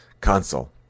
console